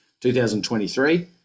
2023